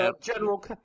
general